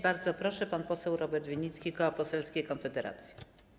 Bardzo proszę, pan poseł Robert Winnicki, Koło Poselskie Konfederacja.